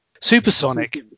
supersonic